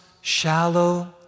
shallow